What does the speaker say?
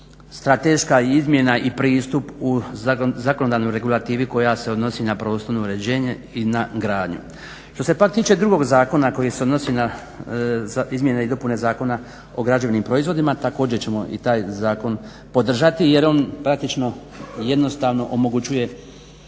strateška izmjena i pristup u zakonodavnu regulativi koja se odnosi na prostorno uređenje i na gradnju. Što se pak tiče drugog zakona koji se odnosi na izmjene i dopune Zakona o građevnim proizvodima također ćemo i taj zakon podržati jer on praktično i jednostavno omogućuje